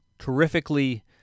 Terrifically